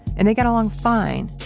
and they got along fine.